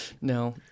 No